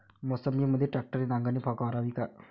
मोसंबीमंदी ट्रॅक्टरने नांगरणी करावी का?